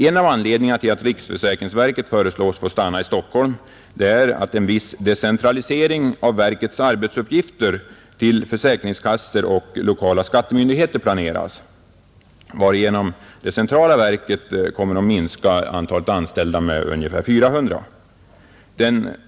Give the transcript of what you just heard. En av anledningarna till att riksförsäkringsverket föreslås få stanna i Stockholm är att en viss decentralisering av verkets arbetsuppgifter till försäkringskassor och lokala skattemyndigheter planeras, varigenom det centrala verket kommer att minskas med 400 anställda.